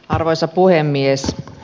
arvoisa puhemies